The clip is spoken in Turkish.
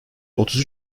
otuz